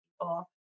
people